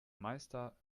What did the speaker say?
meister